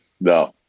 No